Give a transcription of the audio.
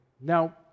Now